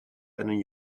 einen